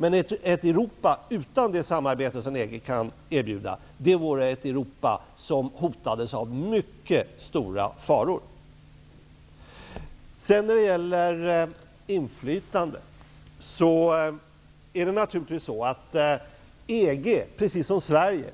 Men ett Europa utan det samarbete som EG kan erbjuda vore ett Europa som hotades av mycket stora faror. När det gäller inflytande är det naturligtvis så att EG precis som Sverige